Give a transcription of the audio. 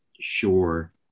sure